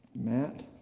Matt